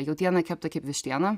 jautiena kepta kaip vištiena